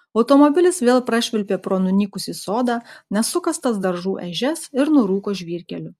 automobilis vėl prašvilpė pro nunykusį sodą nesukastas daržų ežias ir nurūko žvyrkeliu